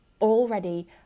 already